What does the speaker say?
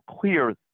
clear